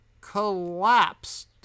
collapsed